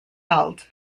held